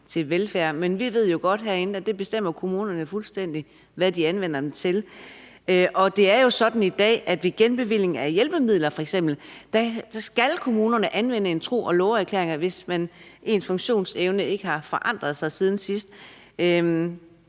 til velfærd, men vi herinde ved jo godt, at kommunerne bestemmer fuldstændig selv, hvad de anvender dem til. Der er jo sådan i dag, at f.eks. ved genbevilling af hjælpemidler skal kommunerne anvende en tro og love-erklæring, når borgerens funktionsevne ikke har forandret sig siden sidst,